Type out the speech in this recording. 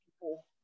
people